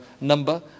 number